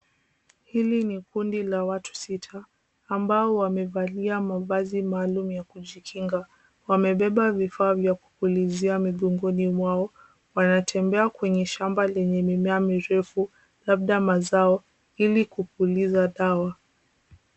Hili ni kundi la watu sita, ambao wamevalia mavazi maalum ya kujikinga. Wamebeba vifaa vya kupulizia migongoni mwao. Wanatembea kwenye shamba lenye mimea mirefu labda mazao, ili kupuliza dawa.